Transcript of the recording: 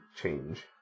change